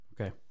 Okay